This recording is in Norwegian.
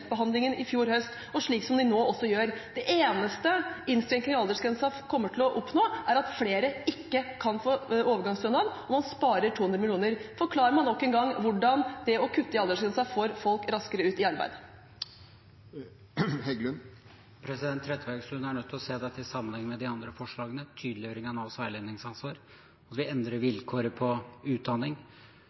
i fjor høst, og slik som man nå også gjør. Det eneste man med en innskrenking av aldersgrensen kommer til å oppnå, er at flere ikke kan få overgangsstønad, og man sparer 200 mill. kr. Forklar meg – nok en gang – hvordan det å kutte i aldersgrensen får folk raskere ut i arbeid. Trettebergstuen er nødt til å se dette i sammenheng med de andre forslagene – tydeliggjøring av Navs veiledningsansvar, og vi endrer vilkåret på utdanning